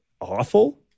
awful